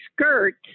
skirt